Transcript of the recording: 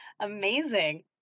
amazing